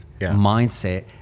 mindset